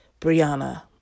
Brianna